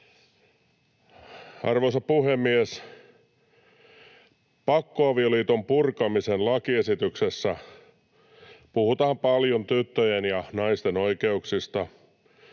Arvoisa puhemies! Pakkoavioliiton purkamisen lakiesityksessä puhutaan paljon tyttöjen ja naisten oikeuksista.